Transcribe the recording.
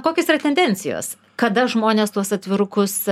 kokios yra tendencijos kada žmonės tuos atvirukus